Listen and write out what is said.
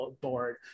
Board